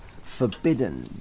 Forbidden